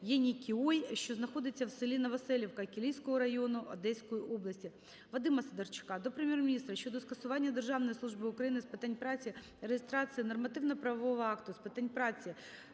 "Єнікіой", що знаходиться в селі Новоселівка Кілійського району Одеської області. Вадима Сидорчука до Прем'єр-міністра щодо скасування Державною службою України з питань праці реєстрації Нормативно-правового акту з питань праці